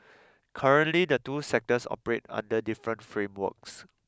currently the two sectors operate under different frameworks